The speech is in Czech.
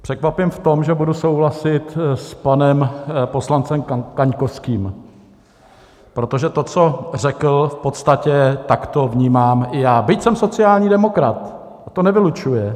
Překvapím v tom, že budu souhlasit s panem poslancem Kaňkovským, protože to, co řekl, v podstatě takto vnímám i já, byť jsem sociální demokrat, to nevylučuje.